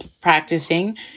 practicing